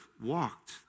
walked